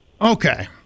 Okay